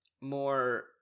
more